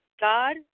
God